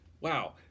wow